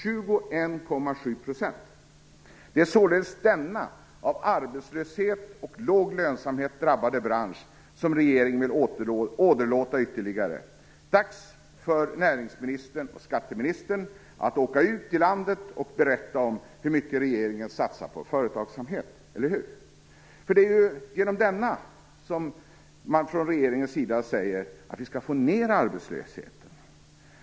Det är således denna av arbetslöshet och låg lönsamhet drabbade bransch som regeringen vill åderlåta ytterligare. Det är dags för näringsministern och skatteministern att åka ut i landet och berätta om hur mycket regeringen satsar på företagsamhet! Det är ju genom denna man från regeringen säger att vi skall få ner arbetslösheten.